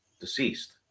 deceased